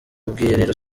ubwiherero